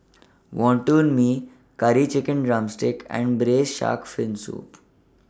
Wonton Mee Curry Chicken Drumstick and Braised Shark Fin Soup